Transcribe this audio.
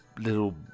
little